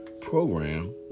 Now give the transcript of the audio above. program